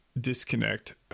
disconnect